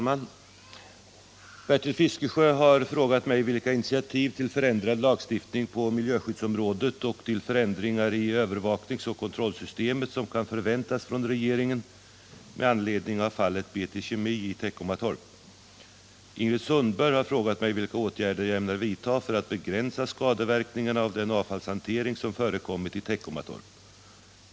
Herr talman! Bertil Fiskesjö har frågat mig vilka initiativ till förändrad lagstiftning på miljöskyddsområdet och till förändringar i övervakningsoch kontrollsystemet som kan förväntas från regeringen med anledning av fallet BT Kemi i Teckomatorp. Ingrid Sundberg har frågat mig vilka åtgärder jag ämnar vidta för att begränsa skadeverkningarna av den avfallshantering som förekommit i Teckomatorp.